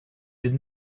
did